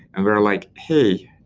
and we're like, hey,